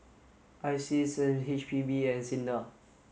ISEAS and H P B and SINDA